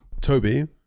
Toby